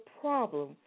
problem